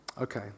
Okay